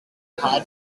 hard